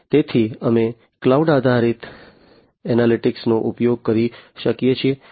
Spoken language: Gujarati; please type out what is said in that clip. તેથી અમે ક્લાઉડ આધારિત એનાલિટિક્સનો ઉપયોગ કરી શકીએ છીએ